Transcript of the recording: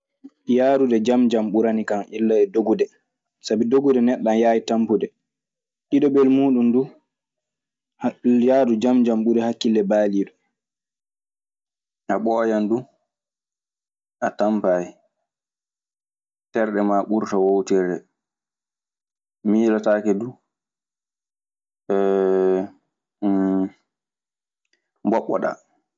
Yahrude jam jam ɓuranikan illa e dogude, sabi dogude neɗɗo ana yaawi tapmpude. Ɗiɗaɓel muuɗun duu, yahdu jam jam ɓuri hakkille baaliiɗo.